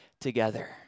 together